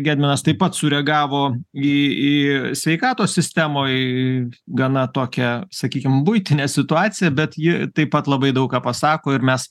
gedminas taip pat sureagavo į į sveikatos sistemoj gana tokią sakykim buitinę situaciją bet ji taip pat labai daug ką pasako ir mes